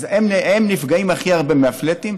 אז הם נפגעים הכי הרבה מהפלאטים.